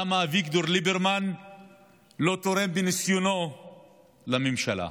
למה אביגדור ליברמן לא תורם מניסיונו לממשלה?